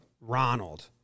Ronald